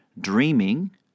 dreaming